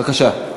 בבקשה.